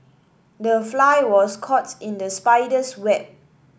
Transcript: the fly was caught in the spider's web